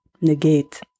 negate